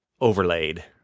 overlaid